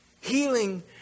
Healing